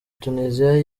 tunisia